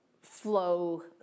flow